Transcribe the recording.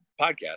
podcast